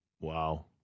Wow